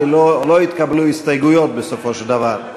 לא התקבלו הסתייגויות בסופו של דבר.